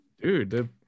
dude